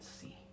see